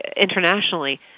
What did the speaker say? internationally